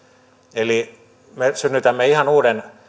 eli me synnytämme ihan uuden